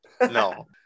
No